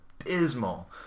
abysmal